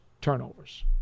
turnovers